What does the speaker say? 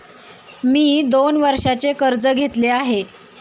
मी दोन वर्षांचे कर्ज घेतले आहे